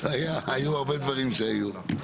היו הרבה דברים שהיו.